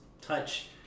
touch